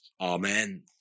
Amen